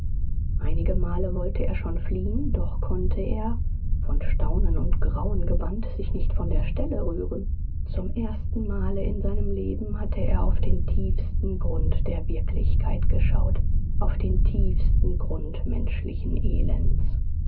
einige male wollte er schon fliehen doch konnte er von staunen und grauen gebannt sich nicht von der stelle rühren zum ersten male in seinem leben hatte er auf den tiefsten grund der wirklichkeit geschaut auf den tiefsten grund menschlichen elends